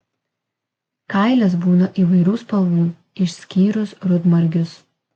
kailis būna įvairių spalvų išskyrus rudmargius